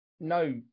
No